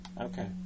Okay